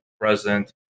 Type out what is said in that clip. present